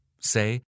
Say